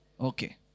Okay